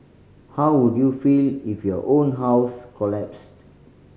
how would you feel if your own house collapsed